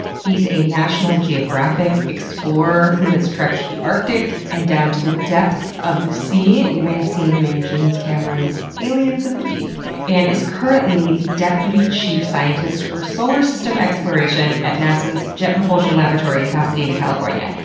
he's a national geographic explorer who has trekked the arctic and down to the depths of the sea you may have seen him in james cameron's aliens of the deep and is currently the deputy chief scientist for solar system exploration at nasa's jet propulsion laboratory in pasadena, california.